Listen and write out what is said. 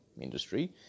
industry